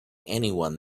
anyone